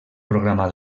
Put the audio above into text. programa